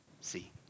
see